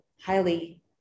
highly